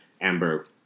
Amber